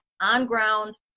on-ground